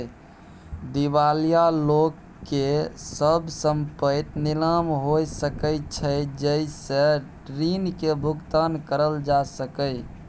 दिवालिया लोक के सब संपइत नीलाम हो सकइ छइ जइ से ऋण के भुगतान करल जा सकइ